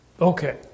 Okay